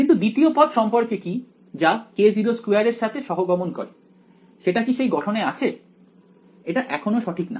কিন্তু দ্বিতীয় পদ সম্পর্কে কি যা k02 এর সাথে সহগমন করে সেটা কি সেই গঠনে আছে এটা এখনো সঠিক না